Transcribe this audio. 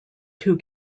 two